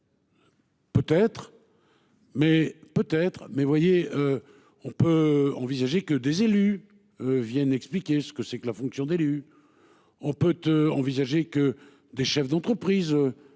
peut être mais vous voyez. On peut envisager que des élus. Viennent expliquer ce que c'est que la fonction d'élu. On peut tout envisager que des chefs d'entreprise.